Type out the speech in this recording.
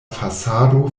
fasado